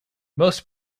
most